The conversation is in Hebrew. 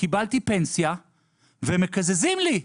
קיבלתי פנסיה ומקזזים לי,